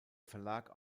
verlag